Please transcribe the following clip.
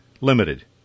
limited